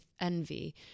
envy